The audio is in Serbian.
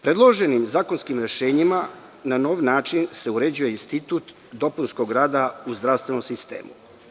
Predloženim zakonskim rešenjima na nov način se uređuje institut dopunskog rada u zdravstvenom sistemu.